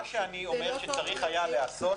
מה שצריך לעשות,